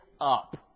up